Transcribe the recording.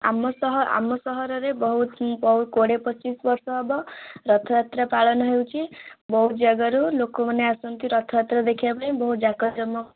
ଆମ ସହ ଆମ ସହରରେ ବହୁତ ବହୁ କୋଡ଼ିଏ ପଚିଶ ବର୍ଷ ହବ ରଥଯାତ୍ରା ପାଳନ ହେଉଛି ବହୁତ ଜାଗାରୁ ଲୋକୋମାନେ ଆସନ୍ତି ରଥଯାତ୍ରା ଦେଖିବା ପାଇଁ ବହୁତ ଯାକଜମକ